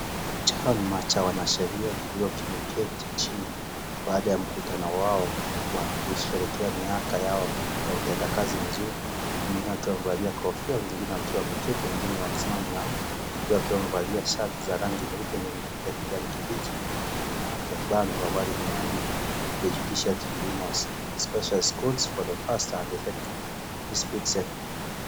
Chama cha wanasheria kikiwa kimeketi chini baada ya mkutano wao wa kusherehekea miaka yao ya utendakazi mzuri, wengine wakiwa wamevalia kofia, wengine wakiwa wameketi, wengine wakisimama yao, wengine wakiwa wamevalia shati za rangi nyeupe yenye michirizi ya kijani kibichi, na nyuma yake bango ambalo limeandikwa The Judiciary Tribunals, Specialized Courts For Faster And Effective Dispute Settlement .